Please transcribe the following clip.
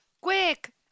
Quick